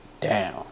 down